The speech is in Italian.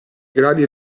gradi